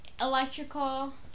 Electrical